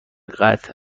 قطع